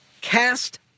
cast